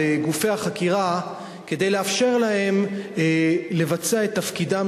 על גופי החקירה כדי לאפשר להם לבצע את תפקידם,